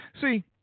See